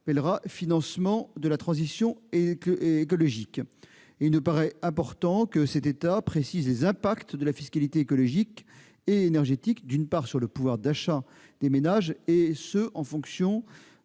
annexe, qui s'intitulera. Il nous paraît important que cet état précise les impacts de la fiscalité écologique et énergétique, d'une part, sur le pouvoir d'achat des ménages en fonction